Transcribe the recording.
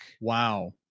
Wow